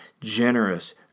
generous